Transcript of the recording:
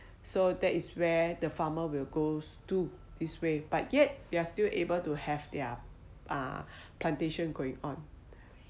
so that is where the farmer will goes to this way but yet they are still able to have their uh plantation going on